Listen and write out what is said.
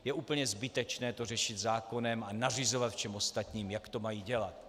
Je úplně zbytečné to řešit zákonem a nařizovat všem ostatním, jak to mají dělat.